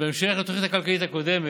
בהמשך לתוכנית הכלכלית הקודמת,